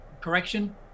correction